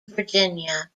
virginia